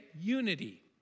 unity